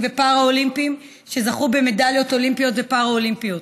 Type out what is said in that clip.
ופראלימפיים שזכו במדליות אולימפיות ופראלימפיות.